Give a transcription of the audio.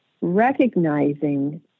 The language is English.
recognizing